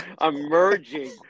emerging